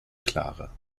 klarer